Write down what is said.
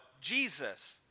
Jesus